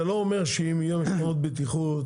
זה לא אומר שאם יהיו משמרות בטיחות